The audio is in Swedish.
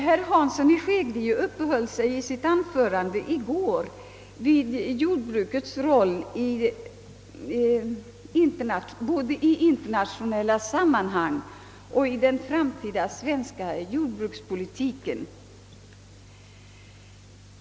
Herr Hansson i Skegrie uppehöll sig i sitt anförande i går både med den framtida svenska jordbrukspolitiken och jordbrukets roll i internationella sammanhang.